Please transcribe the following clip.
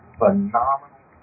phenomenal